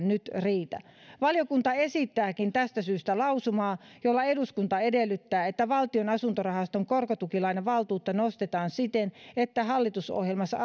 nyt riitä valiokunta esittääkin tästä syystä lausumaa eduskunta edellyttää että valtion asuntorahaston korkotukilainavaltuutta nostetaan siten että hallitusohjelmassa